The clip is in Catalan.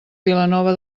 vilanova